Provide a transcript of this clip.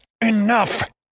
Enough